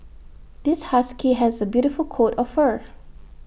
this husky has A beautiful coat of fur